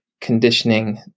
conditioning